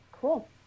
Cool